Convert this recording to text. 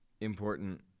important